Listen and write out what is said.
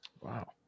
Wow